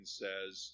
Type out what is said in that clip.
says